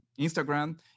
Instagram